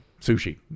sushi